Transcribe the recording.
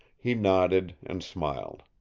he nodded, and smiled.